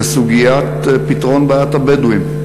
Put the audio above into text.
זה סוגיית פתרון בעיית הבדואים.